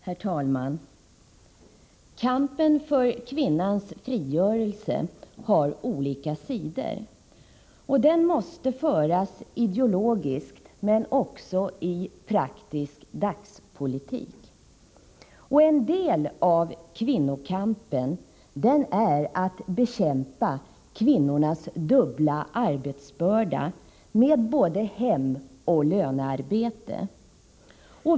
Herr talman! Kampen för kvinnans frigörelse har olika sidor, och den måste föras ideologiskt men också i praktisk dagspolitik. En del av kvinnokampen går ut på att bekämpa kvinnornas dubbla arbetsbörda, med både hemoch lönearbete.